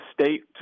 state